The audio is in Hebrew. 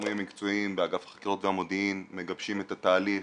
הגורמים המקצועיים באגף החקירות והמודיעין מגבשים את התהליך